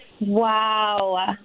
Wow